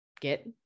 Get